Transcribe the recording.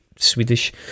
Swedish